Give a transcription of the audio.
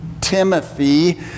Timothy